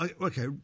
okay